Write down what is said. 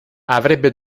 avrebbe